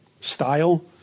style